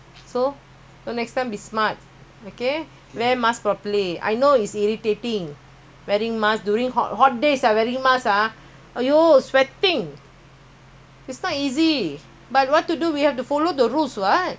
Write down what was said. I wear mask ah !aiyo! sweating it's not easy but what to do we have to follow the rules [what] !huh! you all never mind parents buy food you all eat ah but we all suffer without no salary